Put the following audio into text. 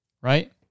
Right